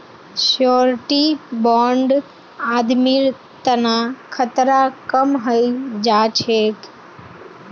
surety bond आदमीर तना खतरा कम हई जा छेक